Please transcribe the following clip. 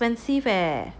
expensive eh